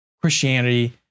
Christianity